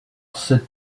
cet